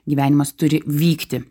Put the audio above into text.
gyvenimas turi vykti